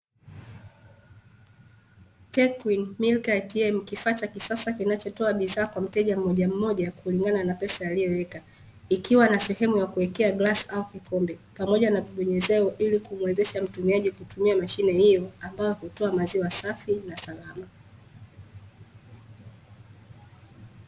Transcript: ''Techwin milk ATM", kifaa cha kisasa kinachotoa bidhaa kwa mteja mmoja mmoja kulingana na pesa aliyoiweka. Ikiwa na sehemu ya kuwekea glasi au kikombe, pamoja na kibonyezeo ili kumwezesha mtumiaji kutumia mashine hiyo ambayo hutoa maziwa safi na salama.